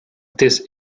this